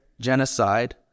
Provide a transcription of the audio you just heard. genocide